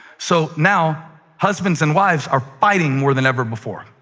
so now husbands and wives are fighting more than ever before,